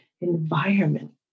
environment